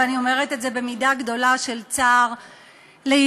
ואני אומרת את זה במידה גדולה של צער לידידי,